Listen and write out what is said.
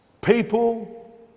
people